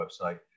website